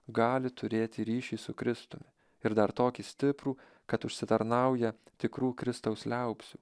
gali turėti ryšį su kristum ir dar tokį stiprų kad užsitarnauja tikrų kristaus liaupsų